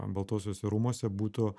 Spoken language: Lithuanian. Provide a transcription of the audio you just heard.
baltuosiuose rūmuose būtų